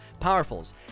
Powerfuls